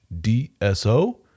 DSO